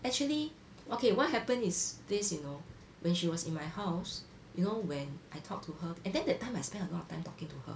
actually okay what happen is this you know when she was in my house you know when I talk to her and then that time I spend a lot of time talking to her